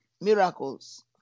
miracles